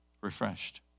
refreshed